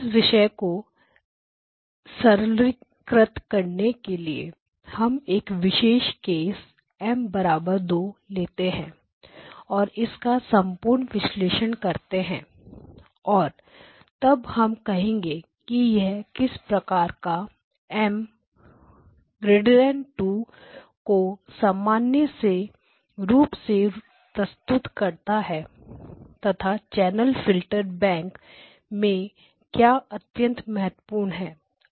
इस विषय को सरलीकृत करने के लिए हम एक विशेष केस M 2 लेते हैं और इसका संपूर्ण विश्लेषण करते हैं और तब हम कहेंगे कि यह किस प्रकार का M 2 को सामान्य से रूप से प्रस्तुत करना है तथा चैनल फिल्टर बैंक में क्या अत्यंत महत्वपूर्ण है